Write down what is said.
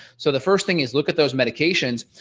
so the first thing is look at those medications.